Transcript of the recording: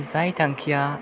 जाय थांखिया